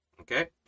Okay